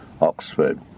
Oxford